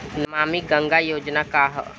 नमामि गंगा योजना का ह?